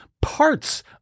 parts